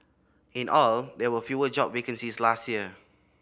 in all there were fewer job vacancies last year